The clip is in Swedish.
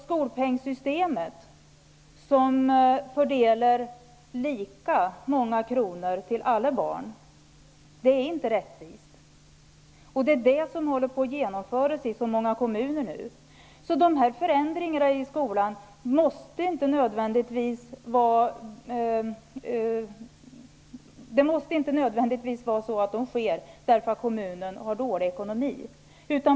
Skolpengssystemet, som fördelar lika många kronor till alla barn, är inte rättvist. Det är det som nu håller på att genomföras i så många kommuner. Det måste inte nödvändigtvis vara så att förändringarna i skolan görs därför att kommunerna har dålig ekonomi.